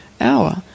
hour